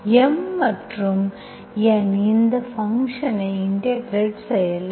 M மற்றும் N இந்த ஃபங்க்ஷன்ஐ இன்டெகிரெட் செய்யலாம்